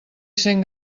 sent